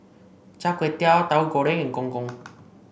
Char Kway Teow Tauhu Goreng and Gong Gong